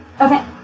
Okay